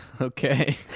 okay